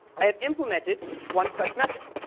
i have implemented one such method.